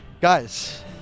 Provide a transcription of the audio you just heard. guys